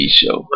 show